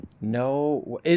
no